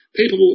people